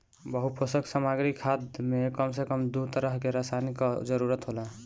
बहुपोषक सामग्री खाद में कम से कम दू तरह के रसायन कअ जरूरत होला